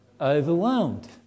overwhelmed